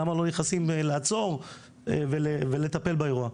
למה לא נכנסים לעצור ולטפל באירוע?